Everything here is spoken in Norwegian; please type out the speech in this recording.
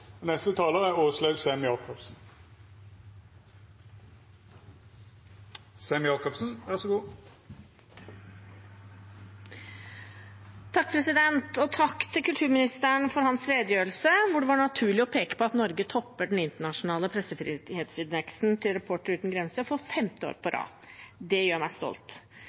Takk til kulturministeren for hans redegjørelse, hvor det var naturlig å peke på at Norge topper den internasjonale pressefrihetsindeksen til Reportere uten grenser for femte år på rad. Det gjør meg stolt.